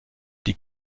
die